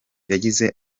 yagize